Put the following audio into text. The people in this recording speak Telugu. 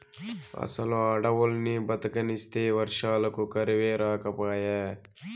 అసలు అడవుల్ని బతకనిస్తే వర్షాలకు కరువే రాకపాయే